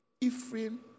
Ephraim